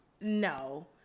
No